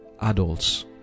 adults